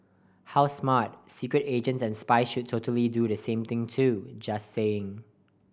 how smart secret agents and spies should totally do the same too just saying